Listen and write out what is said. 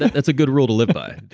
that's a good rule to live by